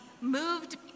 moved